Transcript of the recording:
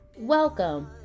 Welcome